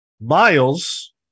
Miles